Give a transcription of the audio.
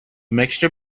mixture